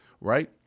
right